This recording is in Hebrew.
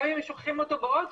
גם אם הם שוכחים אותו באוטו,